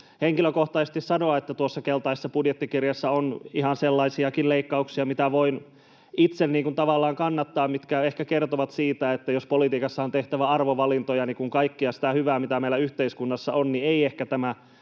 henkilökohtaisesti sanoa, että tuossa keltaisessa budjettikirjassa on ihan sellaisiakin leikkauksia, mitä voin itse tavallaan kannattaa, mitkä ehkä kertovat siitä, että jos politiikassa on tehtävä arvovalintoja, kun kaikkea sitä hyvää, mitä meillä yhteiskunnassa on, ei ehkä tämä